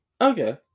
Okay